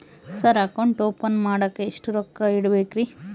Sir account open ಮಾಡಾಕ ಎಷ್ಟು ರೊಕ್ಕ ಇಡಬೇಕ್ರಿ?